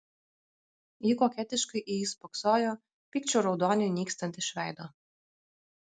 ji koketiškai į jį spoksojo pykčio raudoniui nykstant iš veido